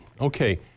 Okay